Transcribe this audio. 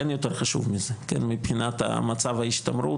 אין יותר חשוב מזה, מבחינת מצב ההשתמרות.